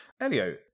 Elio